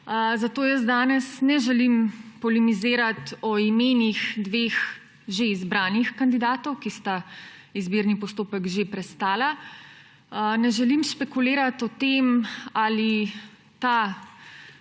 Zato jaz danes ne želim polemizirati o imenih dveh že izbranih kandidatov, ki sta izbirni postopek že prestala. Ne želim špekulirati o tem, ali ta